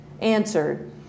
answered